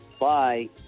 Bye